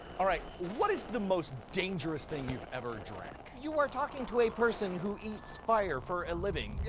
all right, what is the most dangerous thing you've ever drank? you are talking to a person who eats fire for a living.